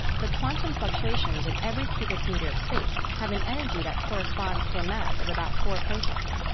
the quantum fluctuations in every cubic meter of space have an energy that corresponds to a mass of about four protons.